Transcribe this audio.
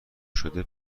شده